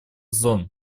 зон